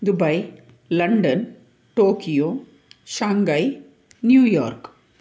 Dubai London Tokyo Shanghai New York